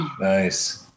nice